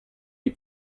die